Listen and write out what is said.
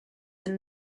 and